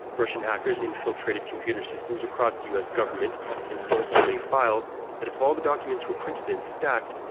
russian hackers infiltrated computer systems across the us government and stole so many files that if all the documents were printed and stacked,